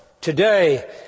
Today